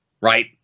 right